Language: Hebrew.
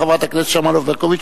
חברת הכנסת שמאלוב-ברקוביץ,